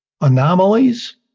anomalies